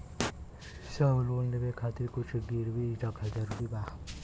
साहब लोन लेवे खातिर कुछ गिरवी रखल जरूरी बा?